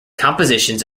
compositions